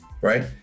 right